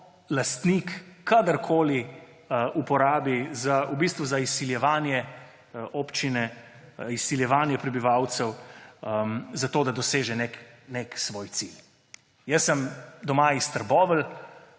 lastnik kadarkoli uporabi v bistvu za izsiljevanje občine, izsiljevanje prebivalcev, zato da doseže nek svoj cilj. Jaz sem doma iz Trbovelj,